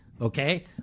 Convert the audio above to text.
okay